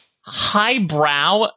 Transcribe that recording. highbrow